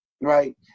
right